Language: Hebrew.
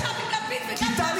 טלי,